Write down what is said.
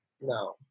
no